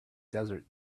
desert